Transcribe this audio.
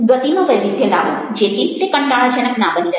ગતિમાં વૈવિધ્ય લાવો જેથી તે કંટાળાજનક ના બની રહે